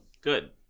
Good